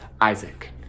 Isaac